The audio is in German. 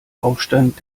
aufstand